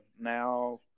now